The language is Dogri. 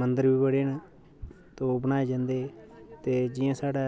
मंदर बी बड़े न ते ओह् बनाए जंदे ते जियां साढ़ै